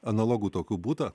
analogų tokių būta